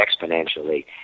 exponentially